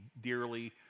dearly